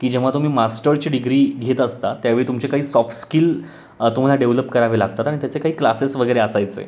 की जेव्हा तुम्ही मास्टरची डिग्री घेत असता त्यावेळी तुमचे काही सॉफ्ट स्किल तुम्हाला डेव्हलप करावे लागतात आणि त्याचे काही क्लासेस वगैरे असायचे